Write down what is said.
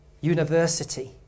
university